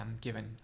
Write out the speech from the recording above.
given